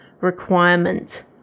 requirement